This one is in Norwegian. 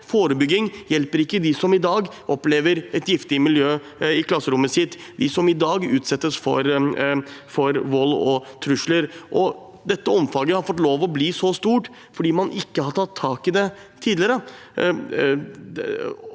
Forebygging hjelper ikke dem som i dag opplever et giftig miljø i klasserommet sitt, dem som i dag utsettes for vold og trusler. Dette omfanget har fått lov til å bli så stort fordi man ikke har tatt tak i det tidligere.